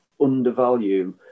undervalue